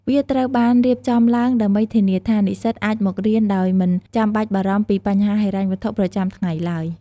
វាត្រូវបានរៀបចំឡើងដើម្បីធានាថា និស្សិតអាចមករៀនដោយមិនចាំបាច់បារម្ភពីបញ្ហាហិរញ្ញវត្ថុប្រចាំថ្ងៃឡើយ។